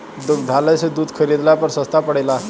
दुग्धालय से दूध खरीदला पर सस्ता पड़ेला?